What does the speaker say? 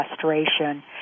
frustration